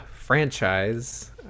franchise